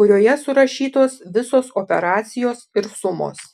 kurioje surašytos visos operacijos ir sumos